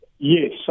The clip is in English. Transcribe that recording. Yes